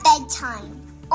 bedtime